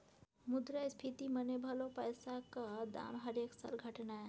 मुद्रास्फीति मने भलौ पैसाक दाम हरेक साल घटनाय